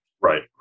Right